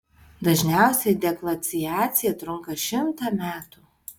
dažniausiai deglaciacija trunka šimtą metų